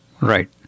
Right